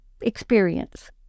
experience